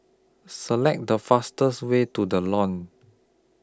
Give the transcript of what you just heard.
Select The fastest Way to The Lawn